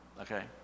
okay